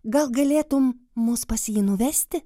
gal galėtum mus pas jį nuvesti